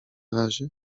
razie